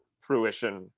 fruition